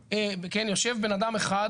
ויושב אדם אחד,